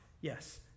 yes